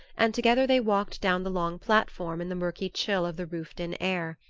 and together they walked down the long platform in the murky chill of the roofed-in air.